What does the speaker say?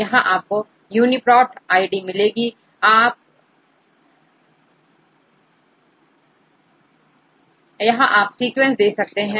यहां आपकोUniProt id मिलेगी आज यहां आप सीक्वेंस दे सकते हैं